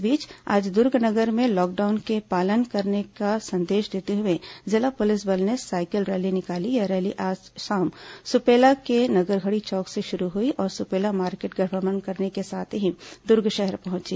इस बीच आज दुर्ग नगर में लॉकडाउन के पालन करने का संदेश देते हुए जिला पुलिस बल ने साइकिल रैली निकाली यह रैली आज शाम सुपेला के नगर घड़ी चौक से शुरू हुई और सुपेला मार्केट का भ्रमण अधिकारी भी करने के साथ ही दुर्ग शहर पहुंची